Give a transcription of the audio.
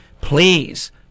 please